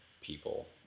people